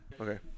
Okay